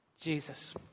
Jesus